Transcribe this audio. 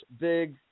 big